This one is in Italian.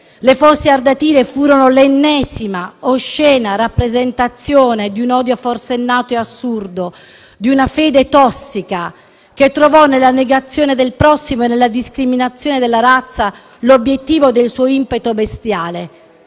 Le Fosse Ardeatine furono l'ennesima, oscena rappresentazione di un odio forsennato e assurdo, di una fede tossica che trovò nella negazione del prossimo e nella discriminazione della razza l'obiettivo del suo impeto bestiale.